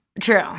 True